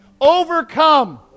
overcome